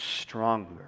stronger